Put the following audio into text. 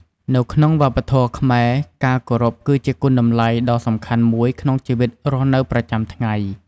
នៅក្នុងវប្បធម៌ខ្មែរ ការគោរពគឺជាគុណតម្លៃដ៏សំខាន់មួយក្នុងជីវិតរស់នៅប្រចាំថ្ងៃ។